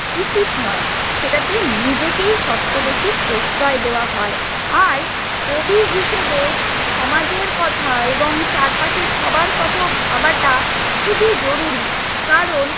উচিত নয় সেটাতে নিজেকেই সবচেয়ে বেশি প্রশ্রয় দেওয়া হয় আর কবি হিসেবে সমাজের কথা এবং চারপাশের সবার কথা ভাবাটা খুবই জরুরি কারণ